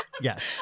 Yes